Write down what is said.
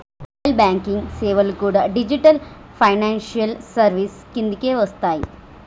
mobile banking సేవలు కూడా digital financial services కిందకే వస్తయ్యి